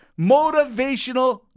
Motivational